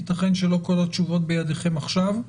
יתכן שלא כל התשובות בידיכם עכשיו,